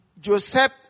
Joseph